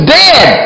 dead